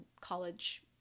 college